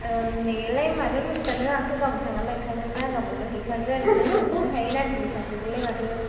नोंनिलाय मानो लस्थ जानो आंथ' गाबोन थांनानै लायखागोनना गाबोननो हैखागोन नों दोनथ'नो हायो ना दिनै सानसेखौलाय माथो